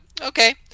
okay